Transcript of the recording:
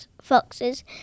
foxes